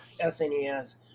SNES